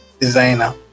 designer